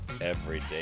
Everyday